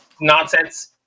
nonsense